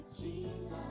Jesus